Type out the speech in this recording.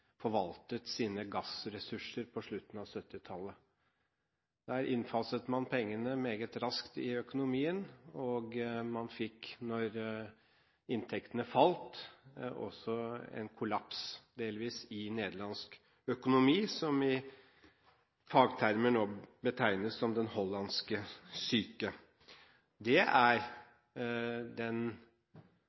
forvaltet sine gassressurser på slutten av 1970-tallet. Der innfaset man pengene meget raskt i økonomien, og man fikk, da inntektene falt, en kollaps, delvis, i nederlandsk økonomi som i fagterminologien betegnes som den hollandske syke. Det er